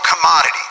commodity